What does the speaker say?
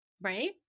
Right